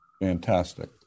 Fantastic